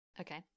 okay